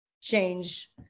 change